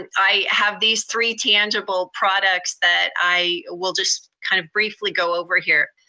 and i have these three tangible products that i will just kind of briefly go over here.